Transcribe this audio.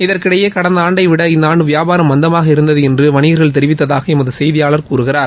இதற்கிடையே கடந்த ஆண்டை விட இந்த ஆண்டு வியாபாரம் மந்தமாக இருந்தது என்று வணிகர்கள் தெரிவித்ததாக எமது செய்தியாளர் கூறுகிறார்